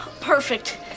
Perfect